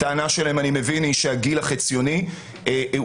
אני מבין שהטענה שלהם היא שהגיל החציוני הוא